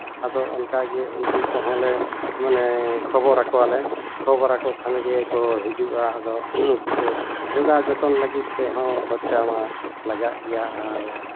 ᱟᱫᱚ ᱚᱱᱠᱟᱜᱮ ᱩᱱᱠᱩ ᱠᱚᱦᱚᱸ ᱞᱮ ᱢᱟᱱᱮ ᱠᱷᱚᱵᱚᱨ ᱟᱠᱚᱣᱟᱞᱮ ᱠᱷᱚᱵᱚᱨ ᱟᱠᱚ ᱠᱷᱟᱱ ᱜᱮ ᱦᱤᱡᱩᱜᱼᱟ ᱟᱫᱚ ᱩᱱᱠᱩ ᱠᱚ ᱡᱚᱜᱟᱣ ᱡᱚᱛᱚᱱ ᱞᱟᱹᱜᱤᱫ ᱛᱮᱦᱚᱸ ᱠᱷᱚᱨᱪᱟ ᱢᱟ ᱞᱟᱜᱟᱜ ᱜᱮᱭᱟ ᱟᱨ